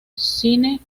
cine